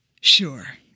Sure